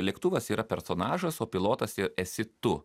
lėktuvas yra personažas o pilotas esi tu